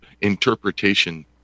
interpretation